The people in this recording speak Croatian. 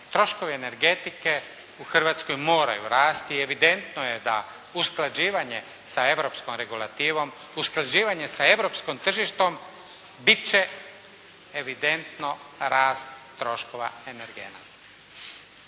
troškovi energetike u Hrvatskoj moraju rasti. Evidentno je da usklađivanje sa europskom regulativom, usklađivanje sa europskim tržištem bit će evidentno rastu troškova energenata.